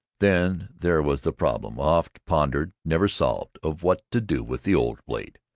then there was the problem, oft-pondered, never solved, of what to do with the old blade,